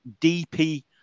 DP